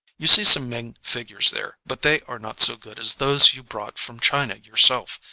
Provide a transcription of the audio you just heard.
you see some ming figures there, but they are not so good as those you brought from china your self,